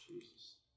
Jesus